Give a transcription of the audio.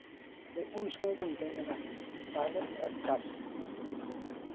ᱟᱫᱚ ᱩᱱ ᱥᱚᱢᱚᱭ ᱠᱚ ᱢᱤᱛᱟᱹᱧ ᱠᱟᱱᱟ ᱛᱟᱦᱞᱮ ᱮᱠ ᱠᱟᱡᱢᱮ